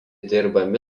dirbami